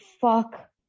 Fuck